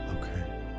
Okay